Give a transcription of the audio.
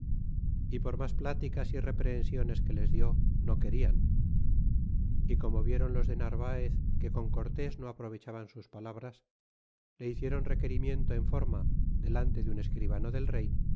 y por mas platicas y reprehensiones que les die no querian y como vieron los de narvaez que con cortés no aprovechaban sus palabras le hicieron requerimiento en forma delante de un escribano del rey